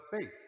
faith